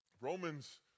Romans